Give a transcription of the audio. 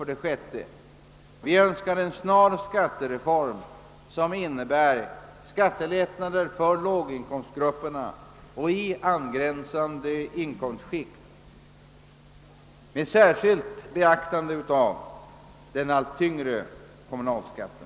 6. Vi önskar en snar skattereform, som innebär skattelättnader för låginkomstgrupperna och för grupper i angränsande inkomstskikt med särskilt be aktande av den allt tyngre kommunalskatten.